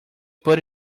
put